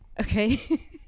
Okay